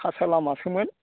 खासा लामासोमोन